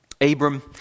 Abram